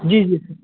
जी जी सर